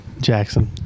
Jackson